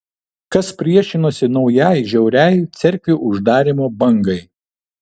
kas priešinosi naujai žiauriai cerkvių uždarymo bangai